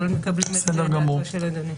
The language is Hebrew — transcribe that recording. אבל מקבלים את דעתו של אדוני.